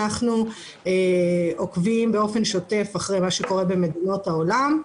אנחנו עוקבים באופן שוטף אחרי מה שקורה במדינות העולם,